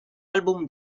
album